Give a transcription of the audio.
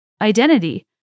identity